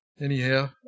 anyhow